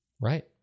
Right